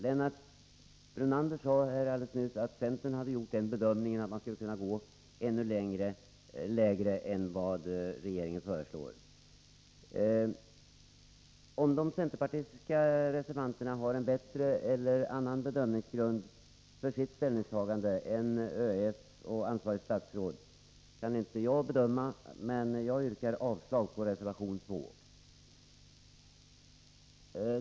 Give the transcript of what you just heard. Lennart Brunander sade alldeles nyss här att centern gjort den bedömningen att man skulle kunna begränsa ännu mer än vad regeringen föreslår. Om de centerpartistiska reservanterna har en bättre eller en annan bedömningsgrund för sitt ställningstagande än överstyrelsen för ekonomiskt försvar och ansvarigt statsråd kan inte jag bedöma, men jag yrkar avslag på reservation 2.